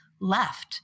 left